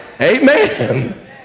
Amen